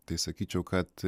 tai sakyčiau kad